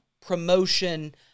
promotion